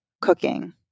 cooking